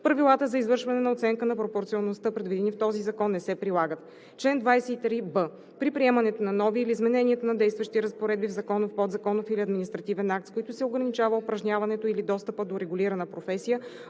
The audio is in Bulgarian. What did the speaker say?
правилата за извършване на оценка на пропорционалността, предвидени в този закон, не се прилагат. Чл. 23б. При приемането на нови или изменението на действащи разпоредби в законов, подзаконов или административен акт, с които се ограничава упражняването или достъпът до регулирана професия,